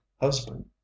husband